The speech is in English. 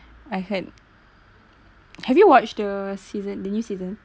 I had have you watched the season the new season